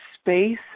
space